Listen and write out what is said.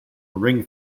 ring